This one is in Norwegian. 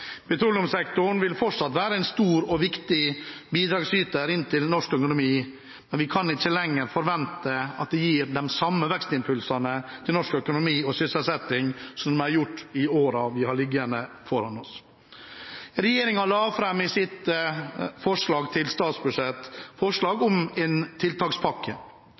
Petroleumssektoren vil fortsatt være en stor og viktig bidragsyter inn til norsk økonomi, men vi kan ikke lenger forvente at den gir de samme vekstimpulsene til norsk økonomi og sysselsetting som den har gjort i årene som ligger bak oss. Regjeringen la i sitt forslag til statsbudsjett fram forslag om en tiltakspakke.